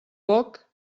poc